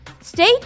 Stay